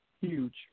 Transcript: Huge